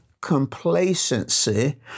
complacency